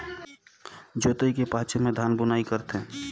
जोतई के पाछू में धान बुनई करथे